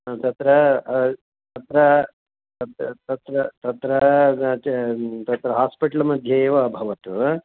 हा तत्र तत्र तत्र तत्र तत्र हास्पिटल्मध्ये एव अभवत्